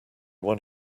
one